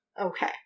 okay